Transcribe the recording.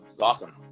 awesome